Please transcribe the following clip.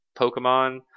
Pokemon